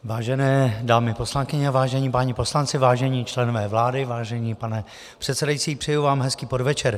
Vážené dámy poslankyně, vážení páni poslanci, vážení členové vlády, vážený pane předsedající, přeji vám hezký podvečer.